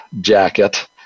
jacket